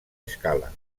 escala